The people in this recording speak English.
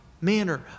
manner